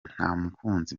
ntamukunzi